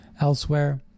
elsewhere